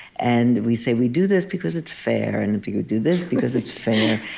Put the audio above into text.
and we say we do this because it's fair, and we we do this because it's fair.